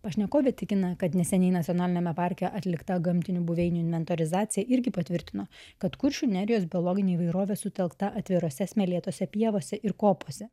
pašnekovė tikina kad neseniai nacionaliniame parke atlikta gamtinių buveinių inventorizacija irgi patvirtino kad kuršių nerijos biologinė įvairovė sutelkta atvirose smėlėtose pievose ir kopose